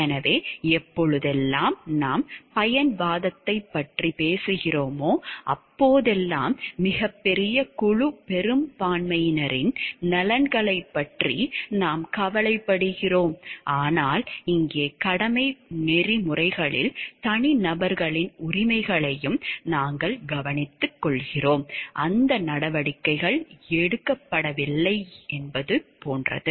எனவே எப்பொழுதெல்லாம் நாம் பயன் வாதத்தைப் பற்றிப் பேசுகிறோமோ அப்போதெல்லாம் மிகப் பெரிய குழு பெரும்பான்மையினரின் நலன்களைப் பற்றி நாம் கவலைப்படுகிறோம் ஆனால் இங்கே கடமை நெறிமுறைகளில் தனிநபர்களின் உரிமைகளையும் நாங்கள் கவனித்துக்கொள்கிறோம் அந்த நடவடிக்கைகள் எடுக்கப்படவில்லை என்பது போன்றது